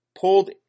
Pulled